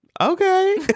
okay